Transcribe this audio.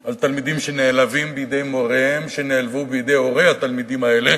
על תלמידים שנעלבים ממוריהם שנעלבו מהורי התלמידים האלה,